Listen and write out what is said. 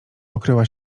okryła